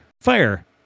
fire